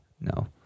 no